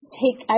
take –